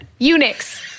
Unix